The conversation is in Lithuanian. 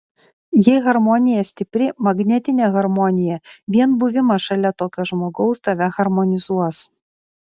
jei harmonija stipri magnetinė harmonija vien buvimas šalia tokio žmogaus tave harmonizuos